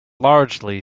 largely